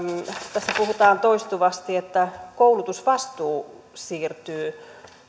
tässä puhutaan toistuvasti että koulutusvastuu siirtyy